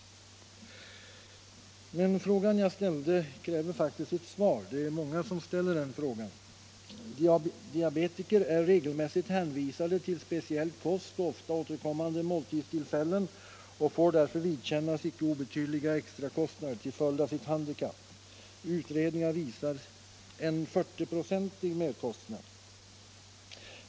Den frågan jag ställde kräver faktiskt ett svar. Många ställer den. Diabetiker är regelmässigt hänvisade till speciell kost och ofta återkommande måltidstillfällen. De får därför vidkännas icke obetydliga merkostnader till följd av sitt handikapp. Utredningar visar att det är fråga om en 40-procentig merkostnad.